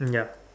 mm ya